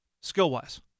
Skill-wise